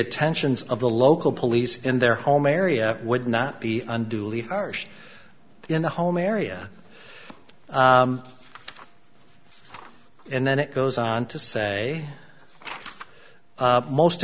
attentions of the local police in their home area would not be unduly harsh in the home area and then it goes on to say the most